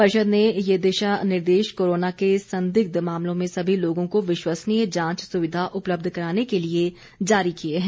परिषद ने ये दिशा निर्देश कोरोना के संदिग्ध मामलों में सभी लोगों को विश्वसनीय जांच सुविधा उपलब्ध कराने के लिए जारी किए गए हैं